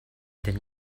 then